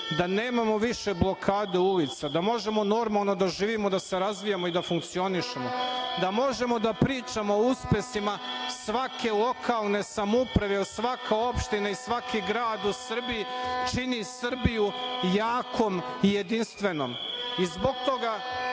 da nemamo više blokade ulica, da možemo normalno da živimo, da se razvijamo i da funkcionišemo, da možemo da pričamo o uspesima svake lokalne samouprave, jer svaka opština i svaki grad u Srbiji čini Srbiju jakom i jedinstvenom. Zbog toga,